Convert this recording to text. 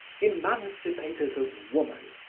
emancipators of woman,